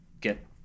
get